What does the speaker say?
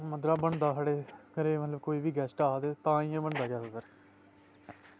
मध्दरा बनदा साढ़े घरे मतलव कोई बी गैस्ट आ ते तां ई बनदा जादातर